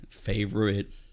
favorite